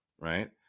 right